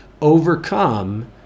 overcome